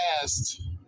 past